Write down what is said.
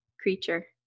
creature